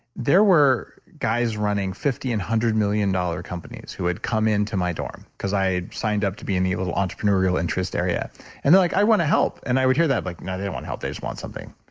there were guys running fifty and a hundred million dollar companies who had come into my dorm because i signed up to be in the little entrepreneurial interest area and they're like, i want to help. and i would hear that like, no, they don't want help. they just want something.